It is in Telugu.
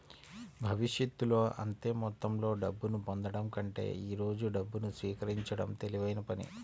భవిష్యత్తులో అంతే మొత్తంలో డబ్బును పొందడం కంటే ఈ రోజు డబ్బును స్వీకరించడం తెలివైన పని